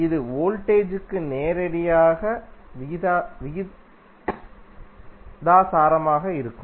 இது வோல்டேஜ் க்கு நேரடியாக விகிதாசாரமாக இருக்கும்